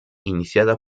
iniciada